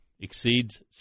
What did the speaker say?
exceeds